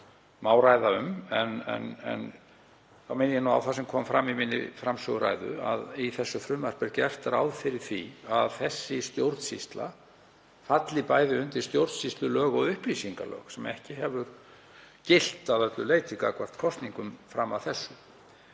má ræða um. En þá minni ég á það, sem kom fram í framsöguræðu minni, að í þessu frumvarpi er gert ráð fyrir því að sú stjórnsýsla falli bæði undir stjórnsýslulög og upplýsingalög, sem ekki hefur gilt að öllu leyti gagnvart kosningum fram að þessu.